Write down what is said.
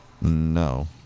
No